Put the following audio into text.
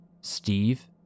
Steve